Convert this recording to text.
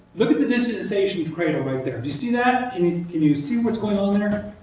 look at the digitisation cradle right there. do you see that? can and can you see what's going on there?